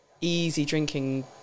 easy-drinking